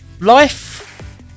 Life